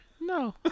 no